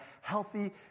Healthy